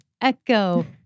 echo